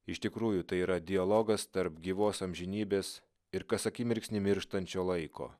iš tikrųjų tai yra dialogas tarp gyvos amžinybės ir kas akimirksnį mirštančio laiko